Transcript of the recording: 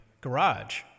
garage